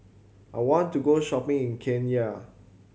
I want to go shopping in Cayenne